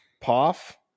Poff